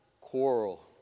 quarrel